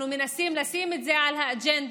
אנחנו מנסים לשים את זה על סדר-היום,